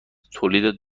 تولید